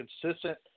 consistent